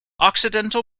occidental